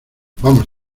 vamos